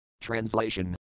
Translation